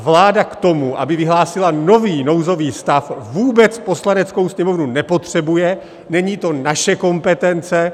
Vláda k tomu, aby vyhlásila nový nouzový stav, vůbec Poslaneckou sněmovnu nepotřebuje, není to naše kompetence.